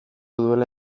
duela